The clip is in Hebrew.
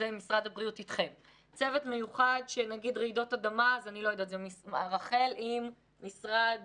צוות מיוחד לרעידות אדמה רח"ל עם משרד